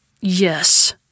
Yes